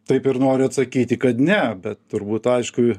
taip ir noriu atsakyti kad ne bet turbūt aišku